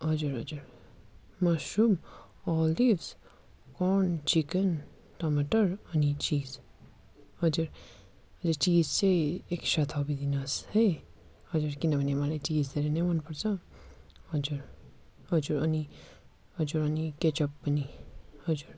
हजुर हजुर mushroom olives corn chicken टमाटर अनि चिज हजुर चिज चाहिँ एक्स्ट्रा थपिदिनुहोस् है हजुर किनभने मलाई चिज धेरै नै मनपर्छ हजुर हजुर अनि हजुर अनि केचप पनि हजुर